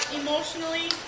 emotionally